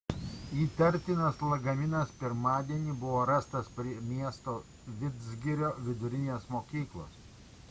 įtartinas lagaminas pirmadienį buvo rastas prie miesto vidzgirio vidurinės mokyklos